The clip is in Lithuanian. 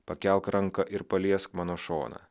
pakelk ranką ir paliesk mano šoną